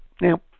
Now